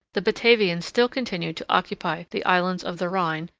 the batavians still continued to occupy the islands of the rhine,